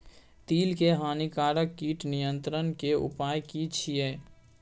तिल के हानिकारक कीट नियंत्रण के उपाय की छिये?